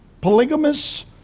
polygamous